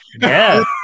Yes